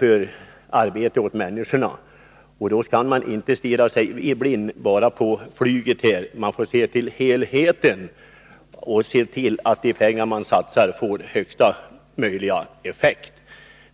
för arbetstillfällen åt människorna. Då skall man inte stirra sig blind på flyget. Man få se till helheten, se till att de pengar man satsar får största möjliga effekt.